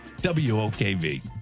WOKV